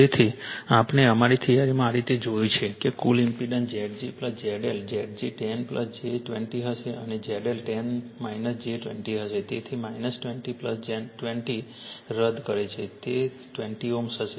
તેથી આપણે અમારી થિયરીમાં આ રીતે જોયું છે કે કુલ impedance Zg ZL Zg 10 j 20 હશે અને ZL 10 j 20 હશે તેથી j 20 j 20 રદ કરે છે તે 20 Ω હશે